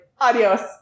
adios